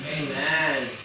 Amen